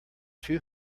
too